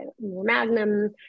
magnum